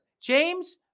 James